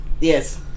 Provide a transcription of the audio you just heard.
Yes